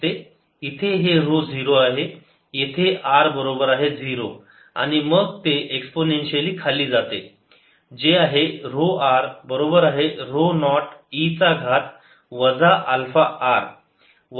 इथे हे ऱ्हो 0 येथे r बरोबर आहे 0 आणि मग ते एक्सपोनेन्शियली खाली जाते जे आहे ऱ्हो r बरोबर आहे ऱ्हो नॉट e चा घात वजा अल्फा r